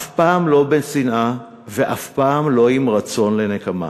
אף פעם לא עם שנאה ואף פעם לא עם רצון לנקמה.